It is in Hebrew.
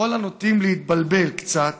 לכל הנוטים להתבלבל קצת